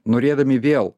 norėdami vėl